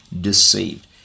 deceived